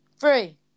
three